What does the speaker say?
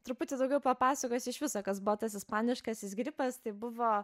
truputį daugiau papasakosiu iš viso kas buvo tas ispaniškasis gripas tai buvo